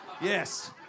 Yes